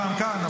פעם כאן,